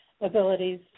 abilities